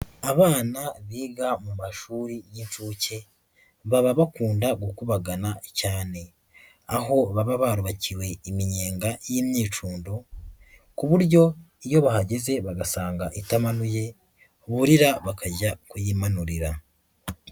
abana biga mu mashuri y'inshuke, baba bakunda gukubagana cyane. Aho baba barubakiwe iminyenga y'imyicundo ku buryo iyo bahageze bagasanga itamanuye, burira bakajya kuyimanurira.